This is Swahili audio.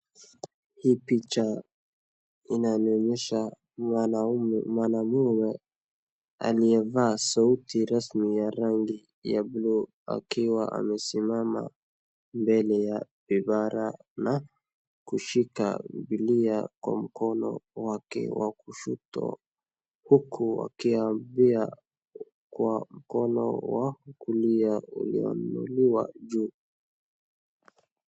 Hiyo picha inanionyesha mwanaume aliyevaa suti rasmi ya rangi ya buluu akiwa amesimama mbele ya ibara na kushika bibilia kwa mkono wake wa kushoto huku akiambia kwa mkono wa kulia umeinuliwa juu.